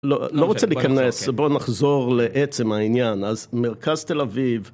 לא רוצה להיכנס, בואו נחזור לעצם העניין, אז מרכז תל אביב...